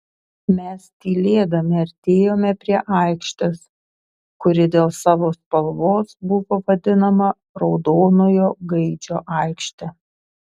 mes tylėdami artėjome prie aikštės kuri dėl savo spalvos buvo vadinama raudonojo gaidžio aikšte